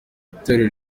itorero